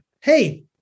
hey